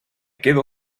quedo